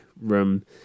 room